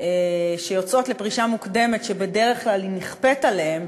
שיוצאות לפרישה מוקדמת שבדרך כלל נכפית עליהן.